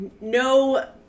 no